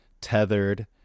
tethered